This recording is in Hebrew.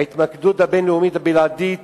ההתמקדות הבין-לאומית הבלעדית